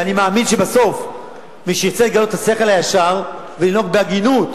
ואני מאמין שבסוף מי שירצה לגלות את השכל הישר ולנהוג בהגינות,